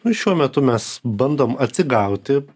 nu šiuo metu mes bandom atsigauti